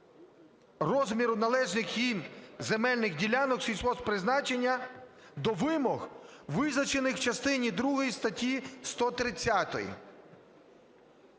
розміру належних їм земельних ділянок сільгосппризначення до вимог, визначених в частині другій статті 130".